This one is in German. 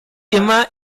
immer